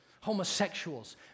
Homosexuals